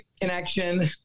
connection